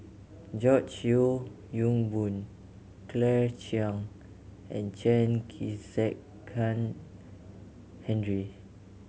George Yeo Yong Boon Claire Chiang and Chen Kezhan Henri